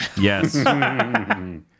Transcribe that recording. Yes